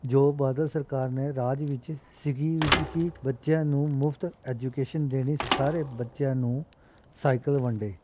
ਜੋ ਬਾਦਲ ਸਰਕਾਰ ਨੇ ਰਾਜ ਵਿੱਚ ਸੀਗੀ ਸੀ ਕਿ ਬੱਚਿਆਂ ਨੂੰ ਮੁਫ਼ਤ ਐਜੂਕੇਸ਼ਨ ਦੇਣੀ ਸਾਰੇ ਬੱਚਿਆਂ ਨੂੰ ਸਾਈਕਲ ਵੰਡੇ